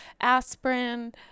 aspirin